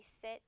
sit